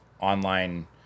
online